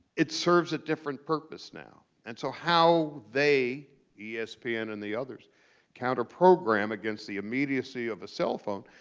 it serves a different purpose now. and so how they yeah espn and the others counter program against the immediacy of a cell phone,